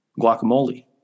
guacamole